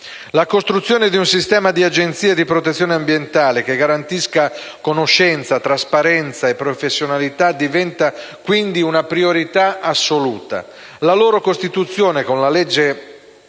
La costruzione di un sistema di Agenzie di protezione ambientale, che garantisca conoscenza, trasparenza e professionalità diventa, quindi, una priorità assoluta. La loro costituzione, con la legge n.